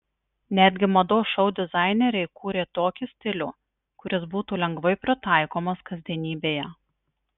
netgi mados šou dizaineriai kūrė tokį stilių kuris būtų lengvai pritaikomas kasdienybėje